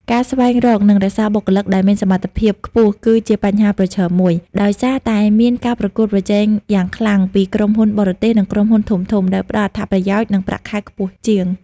ការស្វែងរក និងរក្សាបុគ្គលិកដែលមានសមត្ថភាពខ្ពស់គឺជាបញ្ហាប្រឈមមួយ ដោយសារតែមានការប្រកួតប្រជែងយ៉ាងខ្លាំងពីក្រុមហ៊ុនបរទេស និងក្រុមហ៊ុនធំៗ ដែលផ្តល់អត្ថប្រយោជន៍ និងប្រាក់ខែខ្ពស់ជាង។